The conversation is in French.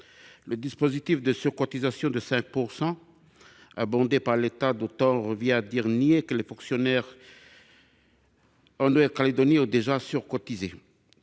Le dispositif de surcotisation de 5 %, abondé par l’État d’autant, revient à nier que les fonctionnaires de Nouvelle Calédonie ont déjà surcotisé.